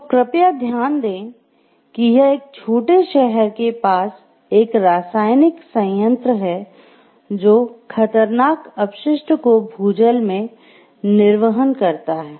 तो कृपया ध्यान दें कि यह एक छोटे शहर के पास एक रासायनिक संयंत्र है जो खतरनाक अपशिष्ट को भूजल में निर्वहन करता है